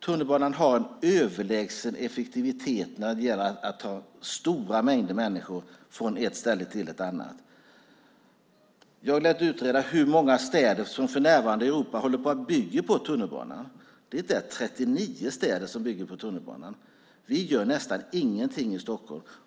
Tunnelbanan har en överlägsen effektivitet när det gäller att ta stora mängder människor från ett ställe till ett annat. Jag lät utreda hur många städer i Europa som för närvarande håller på och bygger på tunnelbanan. Det är 39 städer som bygger på sin tunnelbana. I Stockholm gör vi nästan ingenting.